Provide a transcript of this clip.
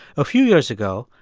a few years ago,